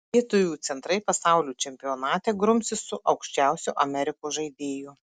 lietuvių centrai pasaulio čempionate grumsis su aukščiausiu amerikos žaidėju